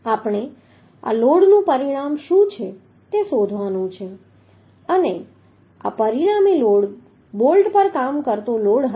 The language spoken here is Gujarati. આપણે આ લોડનું પરિણામ શું છે તે શોધવાનું છે અને આ પરિણામી લોડ બોલ્ટ પર કામ કરતો લોડ હશે